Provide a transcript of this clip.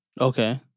Okay